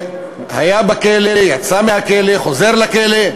שהיה בכלא, יצא מהכלא וחוזר לכלא,